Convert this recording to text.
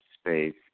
space